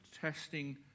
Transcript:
testing